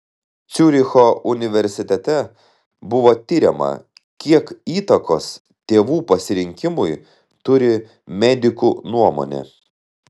ciuricho universitete buvo tiriama kiek įtakos tėvų pasirinkimui turi medikų nuomonė